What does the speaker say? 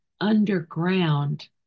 underground